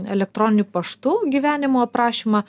elektroniniu paštu gyvenimo aprašymą